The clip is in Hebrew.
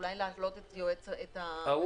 אולי להעלות את היועץ המשפטי --- הוא